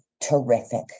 terrific